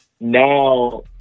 Now